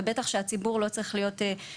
ובטח שהציבור לא צריך להיחשף.